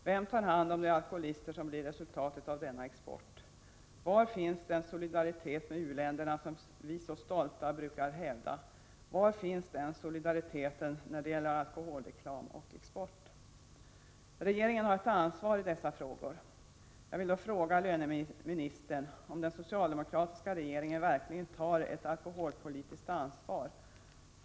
Vem tar hand om de alkoholister som blir resultatet av denna export? Var finns den solidaritet med u-länderna som vi så stolta brukar hävda? Var finns den solidariteten när det gäller alkoholreklam och export? Regeringen har ett ansvar i dessa frågor. Jag vill fråga löneministern om den socialdemokratiska regeringen verkligen tar ett alkoholpolitiskt ansvar.